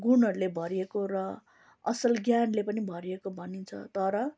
गुणहरूले भरिएको र असल ज्ञानले पनि भरिएको भनिन्छ तर